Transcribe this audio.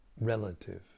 relative